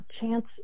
chance